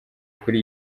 kuri